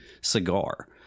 cigar